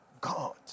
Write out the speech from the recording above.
God